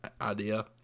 idea